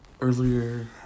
earlier